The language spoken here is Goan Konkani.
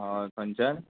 हय खंयच्यान